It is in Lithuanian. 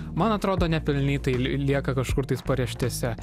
man atrodo nepelnytai li lieka kažkur tais paraštėse